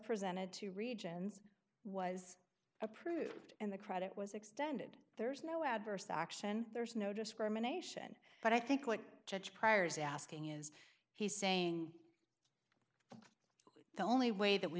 presented to regions was approved and the credit was extended there's no adverse action there's no discrimination but i think like judge cryer's asking is he saying the only way that we